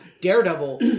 Daredevil